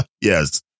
Yes